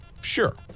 Sure